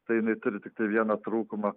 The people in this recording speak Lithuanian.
tai jinai turi tiktai vieną trūkumą